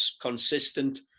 consistent